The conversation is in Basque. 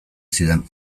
zidan